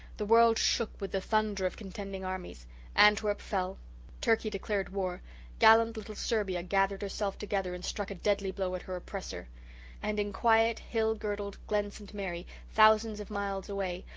the world shook with the thunder of contending armies antwerp fell turkey declared war gallant little serbia gathered herself together and struck a deadly blow at her oppressor and in quiet, hill-girdled glen st. mary, thousands of miles away,